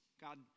god